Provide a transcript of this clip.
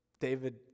David